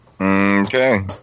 Okay